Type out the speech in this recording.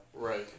Right